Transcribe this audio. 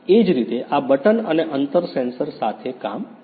એ જ રીતે આ બટન અને અંતર સેન્સર સાથે કામ કરશે